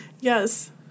yes